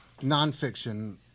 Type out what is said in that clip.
nonfiction